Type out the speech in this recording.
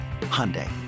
Hyundai